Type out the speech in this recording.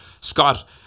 Scott